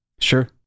Sure